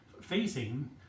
facing